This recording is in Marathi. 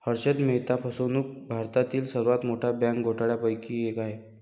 हर्षद मेहता फसवणूक भारतातील सर्वात मोठ्या बँक घोटाळ्यांपैकी एक आहे